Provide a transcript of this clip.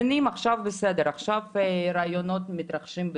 בסדר, עכשיו הריאיונות מתרחשים בזום.